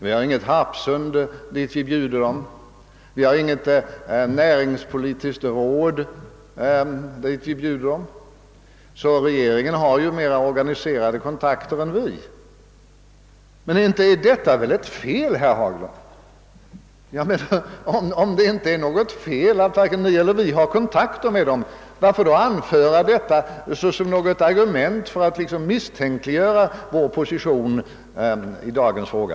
Vi har inget Harpsund och inget närings politiskt råd dit vi bjuder företrädarna för näringslivet; regeringen har alltså mer organiserade kontakter än vi. Men inte är väl kontakterna ett fel, herr Haglund? Om det inte är fel att ni och vi har kontakter med dem, varför då anföra detta som ett argument för att misstänkliggöra vår position i dagens fråga?